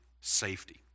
safety